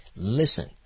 Listen